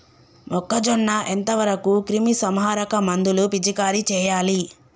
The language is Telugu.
మొక్కజొన్న ఎంత వరకు క్రిమిసంహారక మందులు పిచికారీ చేయాలి?